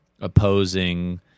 opposing